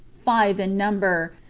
five in number,